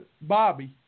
Bobby